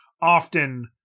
often